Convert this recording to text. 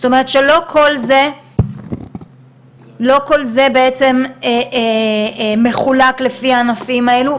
זאת אומרת שלא כל זה בעצם מחולק לפי הענפים האלו,